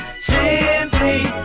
Simply